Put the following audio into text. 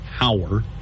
hour